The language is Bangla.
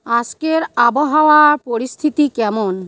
আজকের আবহাওয়া পরিস্থিতি কেমন